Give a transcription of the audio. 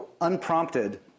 unprompted